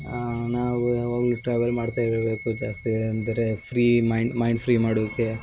ನಾವು ಈ ಟ್ರಾವೆಲ್ ಮಾಡ್ತಾ ಇರ್ಬೇಕಾದರೆ ಜಾಸ್ತಿ ಅಂದರೆ ಫ್ರೀ ಮೈಂಡ್ ಮೈಂಡ್ ಫ್ರೀ ಮಾಡೋಕೆ